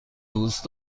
دوست